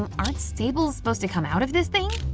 um aren't staplers supposed to come out of this thing?